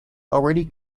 already